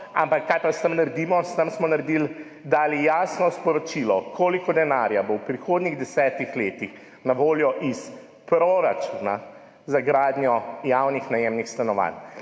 ampak kaj pa s tem naredimo? S tem smo dali jasno sporočilo, koliko denarja bo v prihodnjih desetih letih na voljo iz proračuna za gradnjo javnih najemnih stanovanj.